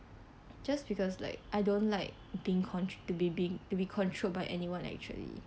just because like I don't like been control~ to be been to be controlled by anyone actually